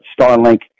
Starlink